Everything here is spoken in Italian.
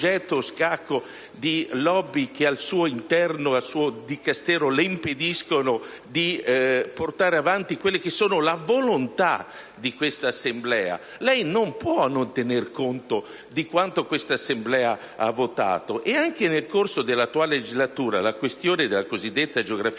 caso in scacco di *lobby* che all'interno del suo Dicastero le impediscono di portare avanti la volontà di questa Assemblea? Lei non può non tener conto di quanto questa Assembla ha votato. Anche nel corso dell'attuale legislatura la questione della cosiddetta geografia giudiziaria